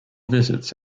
visits